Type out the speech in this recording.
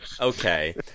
Okay